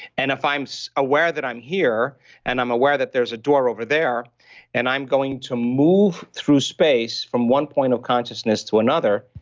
and if i'm so aware that i'm here and i'm aware that there's a door over there and i'm going to move through space from one point of consciousness to another,